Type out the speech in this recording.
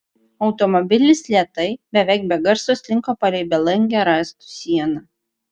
automobilis lėtai beveik be garso slinko palei belangę rąstų sieną